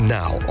now